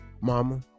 Mama